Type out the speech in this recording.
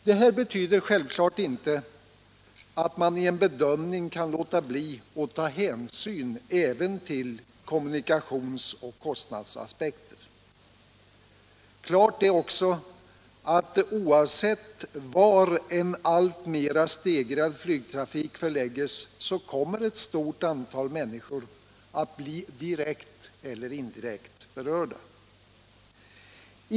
Det här betyder självklart inte att man i en bedömning kan låta bli att ta hänsyn även till kommunikations och kostnadsaspekter. Klart är också att oavsett var en alltmer stegrad flygtrafik förläggs kommer ett stort antal människor att bli direkt eller indirekt berörda.